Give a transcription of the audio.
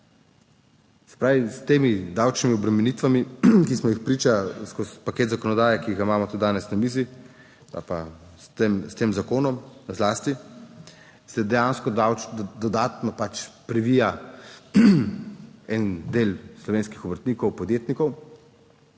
s temi davčnimi obremenitvami, ki smo jih priča skozi paket zakonodaje, ki ga imamo tudi danes na mizi ali pa s tem zakonom zlasti se dejansko dodatno pač previja en del slovenskih obrtnikov, podjetnikov,